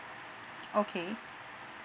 okay